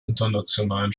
internationalen